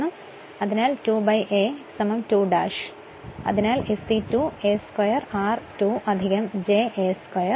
അതിനാൽ ഇത് 2 a 2 ' അതിനാൽ SE2 a² r2 j sa² X 2